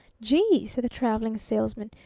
gee! said the traveling salesman.